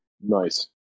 Nice